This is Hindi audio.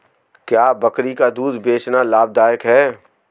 क्या बकरी का दूध बेचना लाभदायक है?